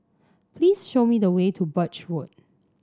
please show me the way to Birch Road